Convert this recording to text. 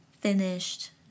finished